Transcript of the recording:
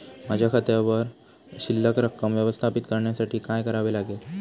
माझ्या खात्यावर शिल्लक रक्कम व्यवस्थापित करण्यासाठी काय करावे लागेल?